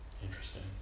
Interesting